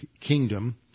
kingdom